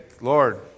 Lord